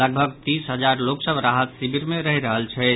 लगभग तीस हजार लोक सभ राहत शिविर मे रहि रहल छथि